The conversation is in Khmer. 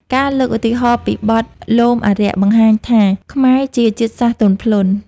ការលើកឧទាហរណ៍ពីបទ លោមអារក្ស បង្ហាញថាខ្មែរជាជាតិសាសន៍ទន់ភ្លន់។